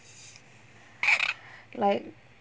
like